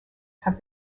have